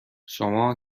شما